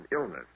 illness